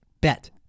bet